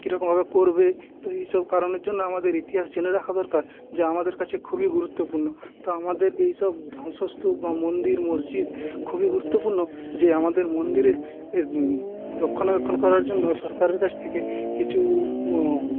কীরকমভাবে করবে তো এইসব কারণের জন্যে আমাদের ইতিহাস জেনে রাখা দরকার যা আমাদের কাছে খুবই গুরুত্বপূর্ণ তো আমাদের এই সব ধ্বংসস্তূপ বা মন্দির মসজিদ খুবই গুরুত্বপূর্ণ যে আমাদের মন্দিরে এর রক্ষণাবেক্ষণ করার জন্য সরকারের কাছ থেকে কিছু